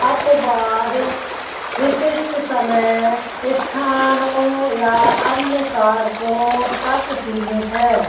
अपवाद विशिष्ट समय स्थानों या अन्य कारकों तक सीमित है